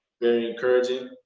very encouraging.